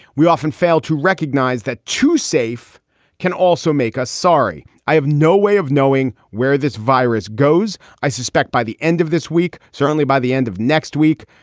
we often fail to recognize that too safe can also make us sorry. i have no way of knowing where this virus goes. i suspect by the end of this week, certainly by the end of next week,